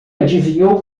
adivinhou